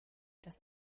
das